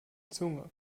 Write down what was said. zunge